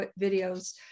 videos